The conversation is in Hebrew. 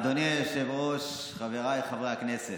אדוני היושב-ראש, חבריי חברי הכנסת,